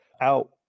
out